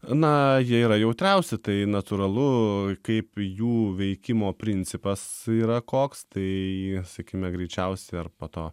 na jie yra jautriausi tai natūralu kaip jų veikimo principas yra koks tai sakykime greičiausiai ar po to